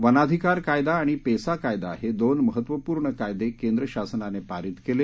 वनाधिकार कायदा आणि पेसा कायदा हे दोन महत्त्वपूर्ण कायदे केंद्र शासनाने पारित केले